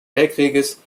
weltkrieges